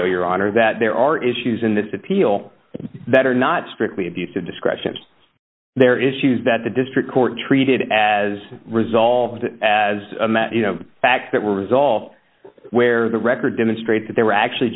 go your honor that there are issues in this appeal that are not strictly abuse of discretion there are issues that the district court treated as resolved as a matter of fact that were resolved where the record demonstrates that there were actually